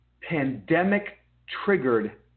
pandemic-triggered